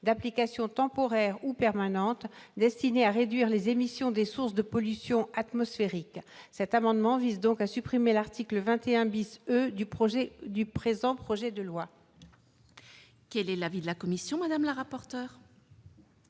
d'application temporaire ou permanente, destinées à réduire les émissions des sources de pollution atmosphérique. Cet amendement vise donc à supprimer l'article 21 E du projet de loi. Quel est l'avis de la commission ? La commission